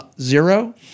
zero